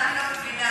אני לא מבינה.